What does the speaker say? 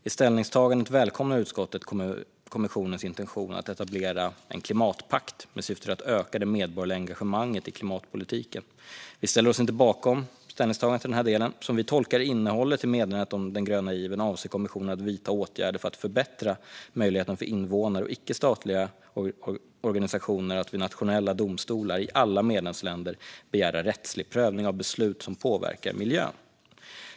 I ställningstagandet välkomnar utskottet kommissionens intention att etablera en klimatpakt med syfte att öka det medborgerliga engagemanget i klimatpolitiken. Vi ställer oss inte bakom utskottets ställningstagande i denna del. Som vi tolkar innehållet i meddelandet om den gröna given avser kommissionen att vidta åtgärder för att förbättra möjligheten för invånare och icke-statliga organisationer att vid nationella domstolar i alla medlemsländer begära rättslig prövning av beslut som påverkar miljön.